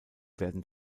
werden